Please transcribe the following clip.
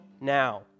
now